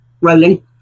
rolling